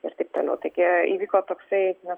ir taip toliau taigi įvyko toksai na